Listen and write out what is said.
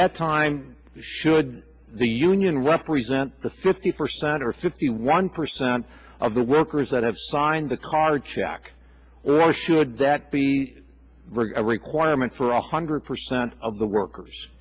that time should the union represent the fifty percent or fifty one percent of the workers that have signed the card check early should that be a requirement for a hundred percent of the workers